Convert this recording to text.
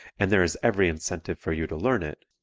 and there is every incentive for you to learn it,